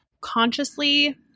consciously